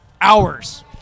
hours